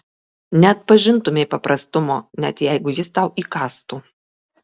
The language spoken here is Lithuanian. neatpažintumei paprastumo net jeigu jis tau įkąstų